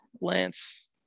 lance